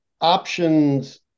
options